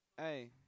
Hey